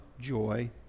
joy